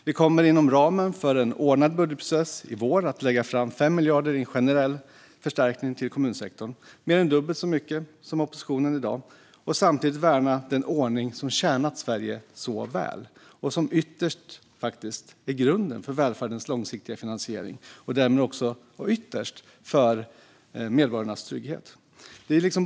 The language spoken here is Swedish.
Vi kommer inom ramen för en ordnad budgetprocess i vår att lägga fram 5 miljarder i generell förstärkning till kommunsektorn - mer än dubbelt så mycket som oppositionen i dag - och samtidigt värna den ordning som tjänat Sverige så väl och som ytterst är grunden för välfärdens långsiktiga finansiering och därmed också ytterst för medborgarnas trygghet.